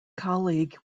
colleague